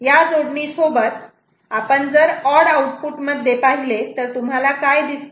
या जोडणी सोबत आपण जर ऑडआउटपुट मध्ये पाहिले तर तुम्हाला काय दिसते